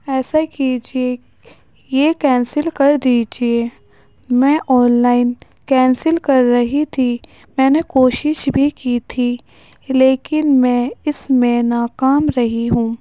ایسا کیجیے یہ کینسل کر دیجیے میں آن لائن کینسل کر رہی تھی میں نے کوشش بھی کی تھی لیکن میں اس میں ناکام رہی ہوں